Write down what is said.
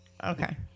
Okay